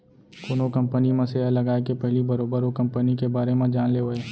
कोनो कंपनी म सेयर लगाए के पहिली बरोबर ओ कंपनी के बारे म जान लेवय